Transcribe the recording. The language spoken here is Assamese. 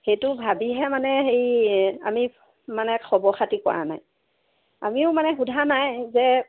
সেইটো ভাবিহে মানে হেৰি আমি মানে খবৰ খতি কৰা নাই আমিও মানে সোধা নাই যে